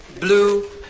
blue